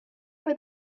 for